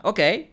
Okay